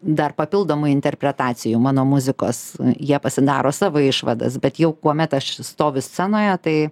dar papildomų interpretacijų mano muzikos jie pasidaro savo išvadas bet jau kuomet aš stoviu scenoje tai